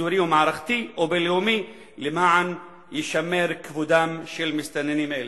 אזורי ומערכתי או בין-לאומי למען יישמר כבודם של מסתננים אלה.